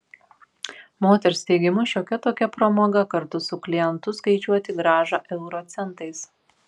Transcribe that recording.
moters teigimu šiokia tokia pramoga kartu su klientu skaičiuoti grąžą euro centais